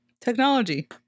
Technology